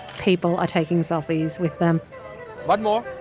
people are taking selfies with them one more